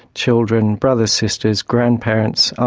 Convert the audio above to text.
children, brothers, sisters, grandparents,